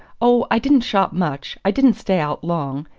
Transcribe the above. oh, i didn't shop much i didn't stay out long.